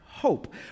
hope